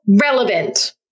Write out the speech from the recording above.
relevant